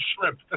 shrimp